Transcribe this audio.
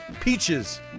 Peaches